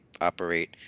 operate